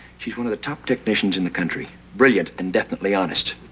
she's one of the top technicians in the country, brilliant and definitely honest.